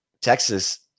Texas